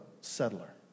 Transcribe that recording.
settler